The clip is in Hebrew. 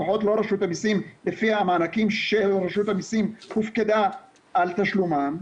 לפחות לא רשות המסים לפי המענקים שרשות המסים הופקדה על תשלומם,